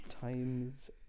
Time's